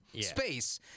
space